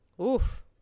Oof